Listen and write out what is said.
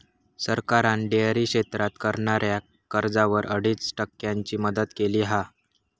सरकारान डेअरी क्षेत्रात करणाऱ्याक कर्जावर अडीच टक्क्यांची मदत केली हा